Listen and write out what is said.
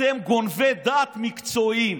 אתם גנבי דעת מקצועיים.